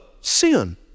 sin